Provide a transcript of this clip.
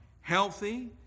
healthy